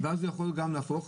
ואז הוא יכול גם להפוך,